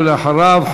ואחריו,